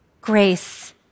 grace